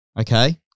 Okay